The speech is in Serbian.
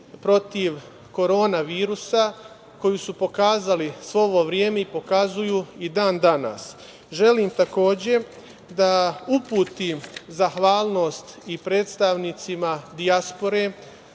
protiv korona virusa koju su pokazali svo ovo vreme i pokazuju i dan danas. Želim, takođe, da uputim zahvalnost i predstavnicima dijaspore,